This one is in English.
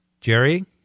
Jerry